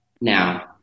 Now